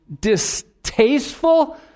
distasteful